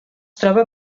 troba